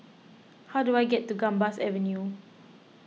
how do I get to Gambas Avenue